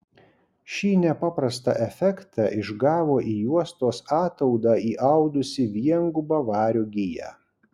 šį nepaprastą efektą išgavo į juostos ataudą įaudusi viengubą vario giją